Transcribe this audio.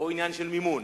או עניין של מימון.